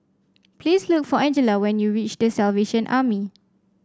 please look for Angella when you reach The Salvation Army